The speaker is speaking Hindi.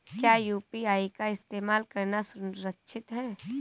क्या यू.पी.आई का इस्तेमाल करना सुरक्षित है?